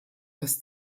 des